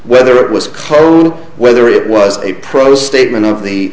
whether it was cloned whether it was a pro statement of the